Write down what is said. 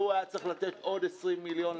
הוא היה צריך לתת עוד 20 מיליון,